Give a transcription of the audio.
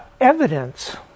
evidence